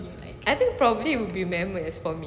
I think probably will be mammals for me